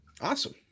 Awesome